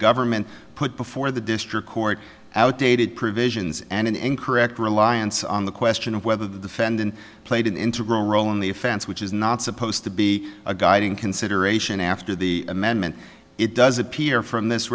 government put before the district court outdated provisions and an incorrect reliance on the question of whether the defendant played an integral role in the offense which is not supposed to be a guiding consideration after the amendment it does appear from this